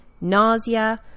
nausea